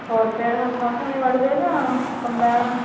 ਹੋਰ ਫਿਰ ਹੱਥਾਂ ਹੁੱਥਾਂ ਨਾਲ ਹੀ ਵੱਢਦੇ ਜਾ ਕੰਬੈਨ